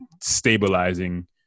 stabilizing